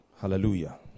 Hallelujah